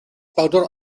bowdr